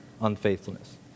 unfaithfulness